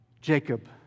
Jacob